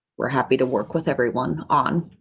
we're happy to work with everyone on